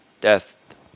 Death